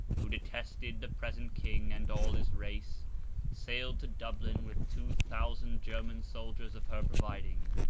who detested the present king and all his race sailed to dublin with two thousand german soldiers of her providing.